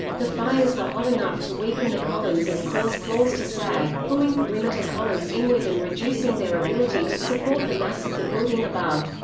the fires were hot enough to weaken the columns and cause floors to sag, pulling perimeter columns inward and reducing their ability to support the mass of the building above.